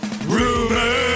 Rumor